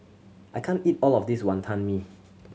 I can't eat all of this Wantan Mee